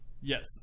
Yes